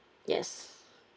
yes